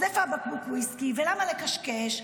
אז איפה הבקבוק וויסקי ולמה לקשקש?